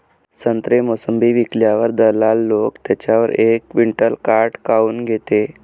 संत्रे, मोसंबी विकल्यावर दलाल लोकं त्याच्यावर एक क्विंटल काट काऊन घेते?